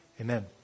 Amen